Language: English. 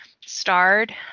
starred